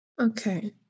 Okay